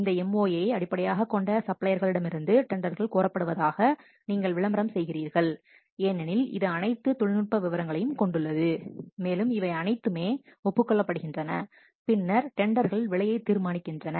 இந்த MoA ஐ அடிப்படையாகக் கொண்ட சப்ளையர்களிடமிருந்து டெண்டர்கள் கோரப்படுவதாக நீங்கள் விளம்பரம் செய்கிறீர்கள் ஏனெனில் இது அனைத்து தொழில்நுட்ப விவரங்களையும் கொண்டுள்ளது மேலும் இவை அனைத்துமே ஒப்புக் கொள்ளப்படுகின்றன பின்னர் டெண்டர்கள் விலையை தீர்மானிக்கின்றன